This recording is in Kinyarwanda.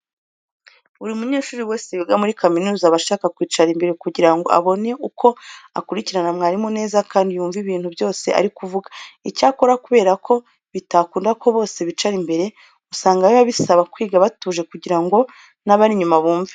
Buri munyeshuri wese wiga muri kaminuza aba ashaka kwicara imbere kugira ngo abone uko akurikirana mwarimu neza kandi yumve n'ibintu byose ari kuvuga. Icyakora kubera ko bitakunda ko bose bicara imbere, usanga biba bisaba kwiga batuje kugira ngo n'abari inyuma bumve.